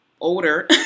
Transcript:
older